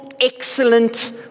excellent